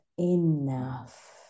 enough